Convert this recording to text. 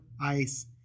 ice